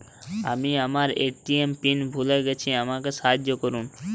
আমি আমার ATM PIN ভুলে গেছি আমাকে সাহায্য করুন